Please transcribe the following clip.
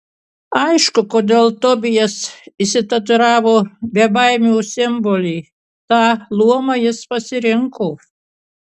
aišku kodėl tobijas išsitatuiravo bebaimių simbolį tą luomą jis pasirinko